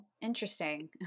interesting